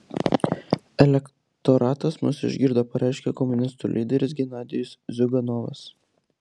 elektoratas mus išgirdo pareiškė komunistų lyderis genadijus ziuganovas